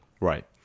Right